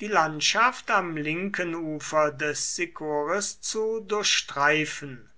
die landschaft am linken ufer des sicoris zu durchstreifen